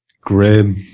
Grim